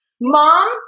Mom